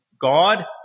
God